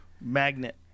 magnet